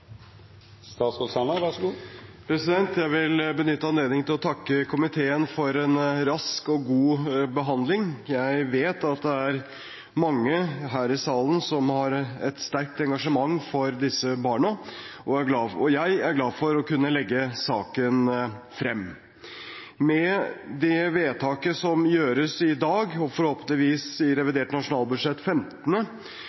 Jeg vil benytte anledningen til å takke komiteen for en rask og god behandling. Jeg vet at mange her i salen har et sterkt engasjement for disse barna, og jeg er glad for å kunne legge saken frem. Med det vedtaket som gjøres i dag – og forhåpentligvis i